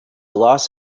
loss